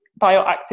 Bioactive